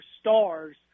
stars